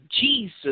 Jesus